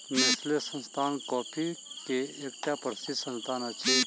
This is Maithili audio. नेस्ले संस्थान कॉफ़ी के एकटा प्रसिद्ध संस्थान अछि